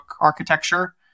architecture